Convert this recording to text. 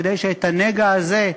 כדי שאת הנגע הזה,